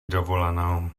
dovolenou